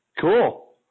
Cool